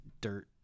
dirt